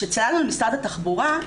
כשצללנו עם משרד התחבורה,